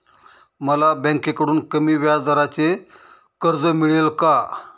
मला बँकेकडून कमी व्याजदराचे कर्ज मिळेल का?